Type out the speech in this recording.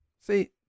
See